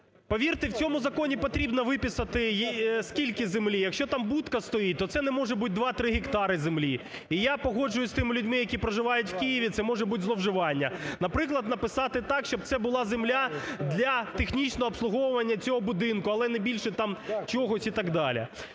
Повірте, в цьому законі потрібно виписати скільки землі, якщо там будка стоїть, то це не може бути два-три гектари землі. І я погоджуюсь з тими людьми, які проживають у Києві, це може бути зловживання. Наприклад, написати так, щоб це була земля для технічного обслуговування цього будинку, але не більше там чогось і так далі.